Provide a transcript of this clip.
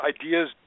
ideas